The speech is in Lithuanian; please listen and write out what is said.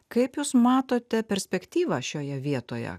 kaip jūs matote perspektyvą šioje vietoje